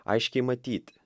aiškiai matyti